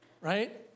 Right